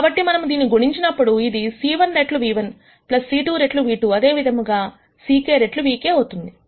కాబట్టి మనము దీనిని గుణించినప్పుడు ఇది c1 రెట్లు v1 c2 రెట్లు v2అదే విధముగా గా ck రెట్లు vk అవుతుంది